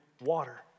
water